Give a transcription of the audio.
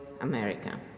America